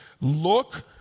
look